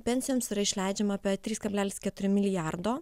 pensijoms yra išleidžiama apie trys kablelis keturi milijardo